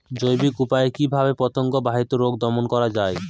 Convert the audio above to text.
জৈবিক উপায়ে কিভাবে পতঙ্গ বাহিত রোগ দমন করা যায়?